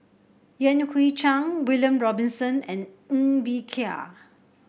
Yan Hui Chang William Robinson and Ng Bee Kia